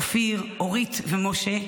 אופיר אורית ומשה,